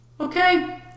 Okay